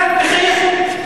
רק מחייכת,